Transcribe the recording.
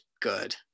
good